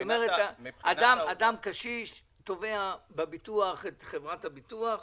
אדם קשיש תובע את חברת הביטוח,